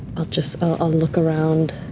i'll just i'll look around.